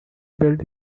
build